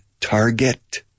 target